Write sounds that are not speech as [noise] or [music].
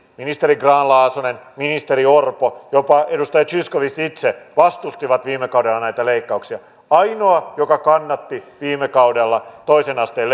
ministeri grahn laasonen ministeri orpo jopa edustaja zyskowicz itse vastustivat viime kaudella näitä leikkauksia ainoa joka kannatti viime kaudella toisen asteen [unintelligible]